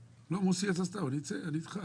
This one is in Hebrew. מוסי יצא אבל אני איתך.